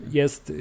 jest